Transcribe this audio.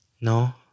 no